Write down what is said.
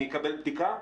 אני אקבל בדיקה?